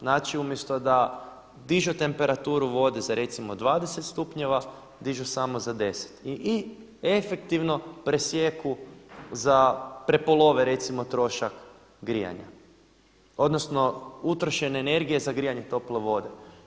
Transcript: Znači umjesto da dižu temperaturu vode za recimo 20 stupnjeva dižu samo za 10 i efektivno presijeku za prepolove recimo trošak grijanja, odnosno utrošene energije za grijanje tople vode.